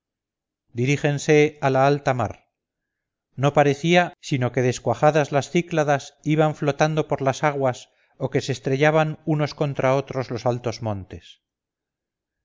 dirígense a la alta mar no parecía sino que descuajadas las cícladas iban flotando por las aguas o que se estrellaban unos contra otros los altos montes